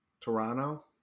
Toronto